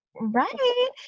right